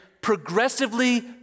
progressively